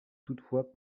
toutefois